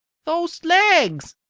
those legs!